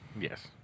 Yes